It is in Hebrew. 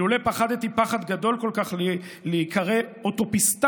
"אילולא פחדתי פחד גדול כל כך להיקרא אוטופיסטן,